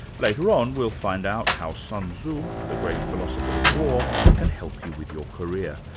later on, we'll find out how sun tzu, the great philosopher of war, can help you with your career,